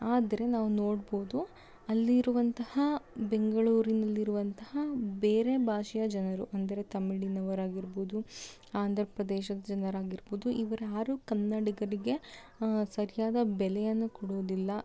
ಆದರೆ ನಾವು ನೋಡ್ಬೋದು ಅಲ್ಲಿರುವಂತಹ ಬೆಂಗಳೂರಿನಲ್ಲಿ ಇರುವಂತಹ ಬೇರೆ ಭಾಷೆಯ ಜನರು ಅಂದರೆ ತಮಿಳಿನವರು ಆಗಿರ್ಬೋದು ಆಂಧ್ರಪ್ರದೇಶದ ಜನರು ಆಗಿರ್ಬೋದು ಇವರ್ಯಾರೂ ಕನ್ನಡಿಗರಿಗೆ ಸರಿಯಾದ ಬೆಲೆಯನ್ನು ಕೊಡೋದಿಲ್ಲ